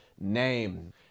name